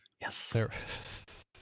yes